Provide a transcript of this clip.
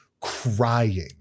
crying